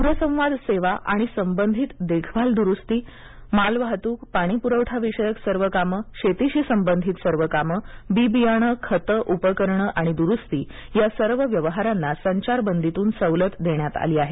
दूरसंवाद सेवा आणि संबंधित देखभाल दुरुस्ती मालवाहतूक पाणीपुरवठा विषयक सर्व कामं शेतीशी संबधित सर्व काम बी बियाणे खते उपकरणे आणि दुरुस्ती या सर्व व्यवहारांना संचारबंदीतून सवलत देण्यात आली आहे